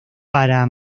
para